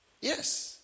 Yes